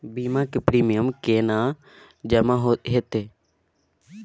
बीमा के प्रीमियम केना जमा हेते?